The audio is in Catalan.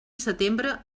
setembre